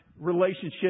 relationship